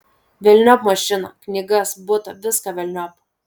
velniop mašiną knygas butą viską velniop